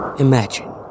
Imagine